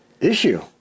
issue